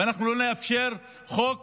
ואנחנו לא נאפשר חוק